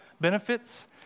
benefits